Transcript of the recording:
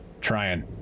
Trying